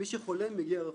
מי שחולם מגיע רחוק.